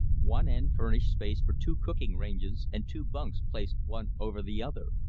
one end furnished space for two cooking ranges and two bunks placed one over the other.